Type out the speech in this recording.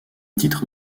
titre